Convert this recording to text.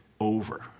over